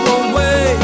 away